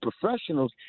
professionals